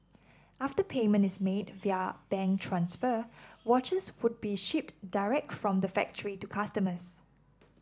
after payment is made via bank transfer watches would be shipped direct from the factory to customers